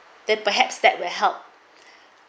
that perhaps that will help